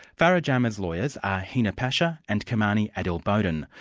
farah jama's lawyers are hina pasha and kimani adil boden.